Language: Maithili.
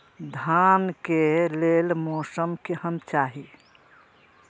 धान के लेल मौसम केहन चाहि?